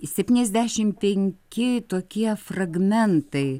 septyniasdešim penki tokie fragmentai